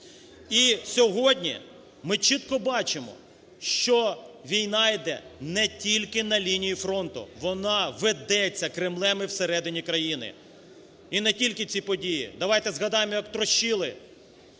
І сьогодні ми чітко бачимо, що війна іде не тільки на лінії фронту, вона ведеться Кремлем і всередині країни. І не тільки ці події. Давайте згадаємо як трощили